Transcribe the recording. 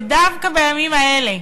ודווקא בימים האלה,